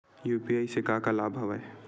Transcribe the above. UPI के का का लाभ हवय?